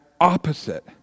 opposite